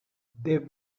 they